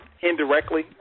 Indirectly